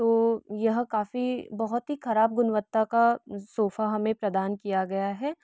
तो यह काफ़ी बहुत ही ख़राब गुणवत्ता का सोफ़ा हमें प्रदान किया गया है